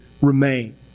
remain